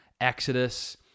Exodus